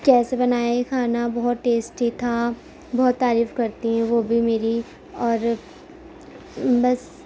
کیسے بنایا یہ کھانا بہت ٹیسٹی تھا بہت تعریف کرتی ہیں وہ بھی میری اور بس